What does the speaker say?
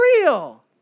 real